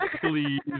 Please